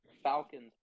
Falcons